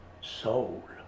soul